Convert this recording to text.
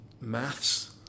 maths